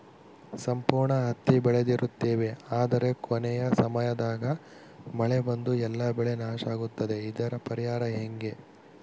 ಸಂಪೂರ್ಣ ಹತ್ತಿ ಬೆಳೆದಿರುತ್ತೇವೆ ಆದರೆ ಕೊನೆಯ ಸಮಯದಾಗ ಮಳೆ ಬಂದು ಎಲ್ಲಾ ಬೆಳೆ ನಾಶ ಆಗುತ್ತದೆ ಇದರ ಪರಿಹಾರ ಹೆಂಗೆ?